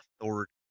authority